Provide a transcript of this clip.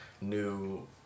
new